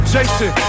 Jason